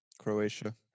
Croatia